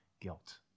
guilt